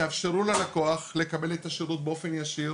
תאפשרו ללקוח לקבל את השירות באופן ישיר